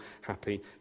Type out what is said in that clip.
happy